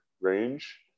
range